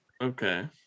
okay